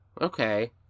Okay